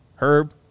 Herb